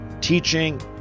teaching